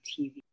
TV